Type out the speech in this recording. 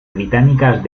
británicas